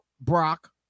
Brock